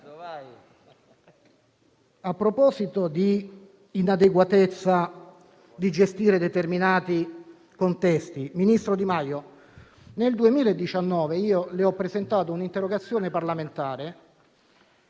A proposito di inadeguatezza nel gestire determinati contesti, ministro Di Maio, nel 2019 ho presentato un'interrogazione parlamentare